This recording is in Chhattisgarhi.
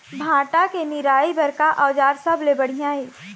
भांटा के निराई बर का औजार सबले बढ़िया ये?